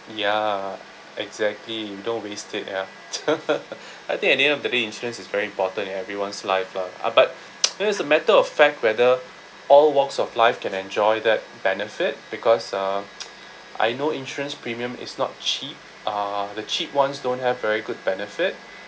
ya exactly you don't waste it ya I think at the end of the day insurance is very important in everyone's life lah ah but you know it's a matter of fact whether all walks of life can enjoy that benefit because uh I know insurance premium is not cheap uh the cheap ones don't have very good benefit